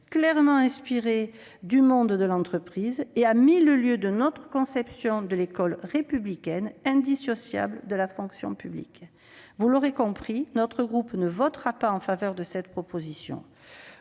clairement inspirée du monde de l'entreprise et à mille lieues de notre conception de l'école républicaine, indissociable de la fonction publique. Vous l'aurez compris, notre groupe ne votera pas en faveur de cette proposition.